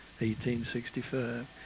1865